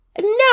No